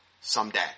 someday